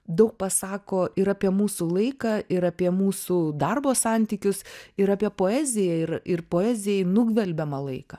daug pasako ir apie mūsų laiką ir apie mūsų darbo santykius ir apie poeziją ir ir poezijai nugvelbiamą laiką